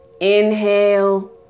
inhale